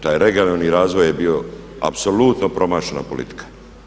Taj regionalni razvoj je bio apsolutno promašena politika.